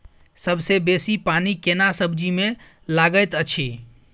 सबसे बेसी पानी केना सब्जी मे लागैत अछि?